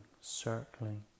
circling